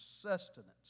sustenance